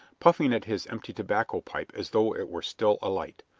puffing at his empty tobacco pipe as though it were still alight.